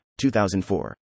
2004